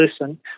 listen